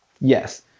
yes